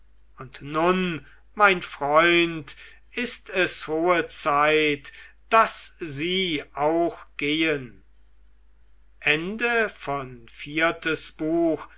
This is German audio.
und nun mein freund ist es hohe zeit daß sie auch gehen